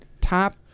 top